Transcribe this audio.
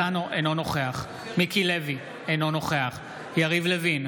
נוכח מיקי לוי, אינו נוכח יריב לוין,